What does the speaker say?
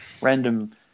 random